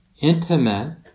intimate